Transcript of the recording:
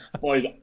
Boys